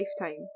lifetime